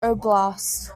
oblast